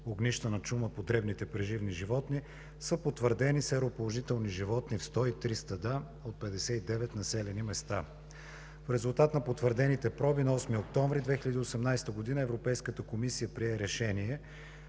огнища на чума по дребните преживни животни са потвърдени сероположителни животни в 103 стада от 59 населени места. В резултат на потвърдените проби, на 8 октомври 2018 г. Европейската комисия прие решение